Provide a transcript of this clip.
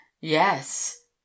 Yes